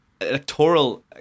electoral